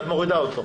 את מורידה אותו?